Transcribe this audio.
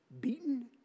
beaten